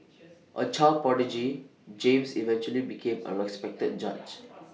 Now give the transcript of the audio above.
A child prodigy James eventually became A respected judge